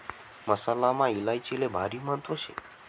मसालामा इलायचीले भारी महत्त्व शे